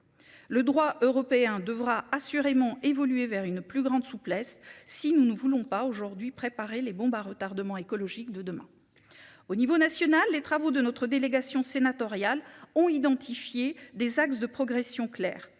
Le droit européen devra assurément évoluer vers une plus grande souplesse, si nous ne voulons pas aujourd'hui préparé les bombes à retardement écologique de demain. Au niveau national. Les travaux de notre délégation sénatoriale ont identifié des axes de progression clair